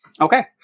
Okay